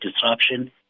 disruption